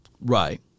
Right